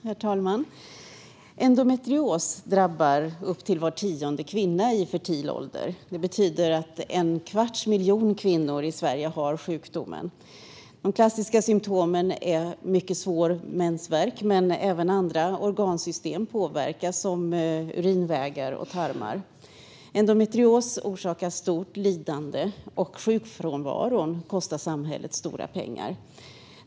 Herr talman! Endometrios drabbar upp till var tionde kvinna i fertil ålder. Det betyder att en kvarts miljon kvinnor i Sverige har sjukdomen. Ett klassiskt symtom är mycket svår mensvärk, men även andra organsystem påverkas, som urinvägar och tarmar. Endometrios orsakar stort lidande, och sjukfrånvaron kostar samhället stora pengar.